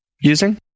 using